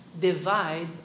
Divide